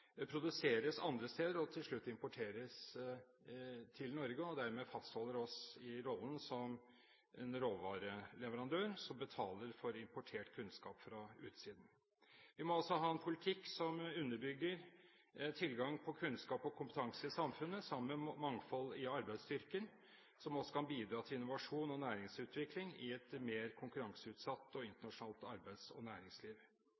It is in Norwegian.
produseres andre steder og til slutt importeres til Norge, og dermed fastholder oss i rollen som en råvareleverandør som betaler for importert kunnskap fra utsiden. Vi må også ha en politikk som underbygger tilgang på kunnskap og kompetanse i samfunnet, sammen med mangfold i arbeidsstyrken, som også kan bidra til innovasjon og næringsutvikling i et mer konkurranseutsatt og internasjonalt arbeids- og næringsliv.